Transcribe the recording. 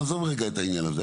עזוב רגע את העניין הזה.